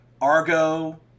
Argo